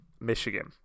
Michigan